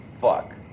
fuck